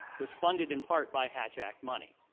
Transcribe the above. was funded in part by hatch act money.